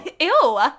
Ew